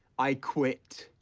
i quit.